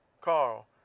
Carl